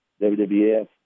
WWF